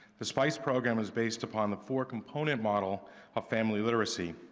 the spice program was based upon the four component model of family literacy,